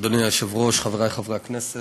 אדוני היושב-ראש, חברי חברי הכנסת,